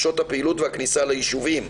שעות הפעילות והכניסה לישובים.